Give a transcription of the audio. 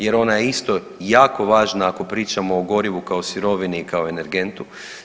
Jer ona je isto jako važna ako pričamo o gorivu kao sirovini i kao energentu.